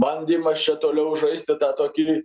bandymas čia toliau žaisti tą tokį